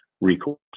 recourse